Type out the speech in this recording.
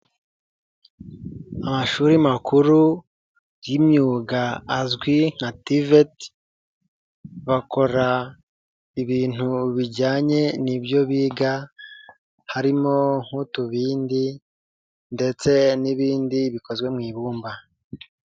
Amashuri makuru y'imyuga azwi nka TVET bakora ibintu bijyanye n'ibyo biga harimo nk'utubindi ndetse n'ibindi bikozwe mu ibumba.